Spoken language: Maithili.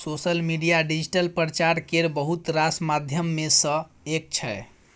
सोशल मीडिया डिजिटल प्रचार केर बहुत रास माध्यम मे सँ एक छै